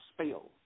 spell